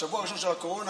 בשבוע הראשון של הקורונה,